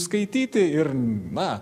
skaityti ir na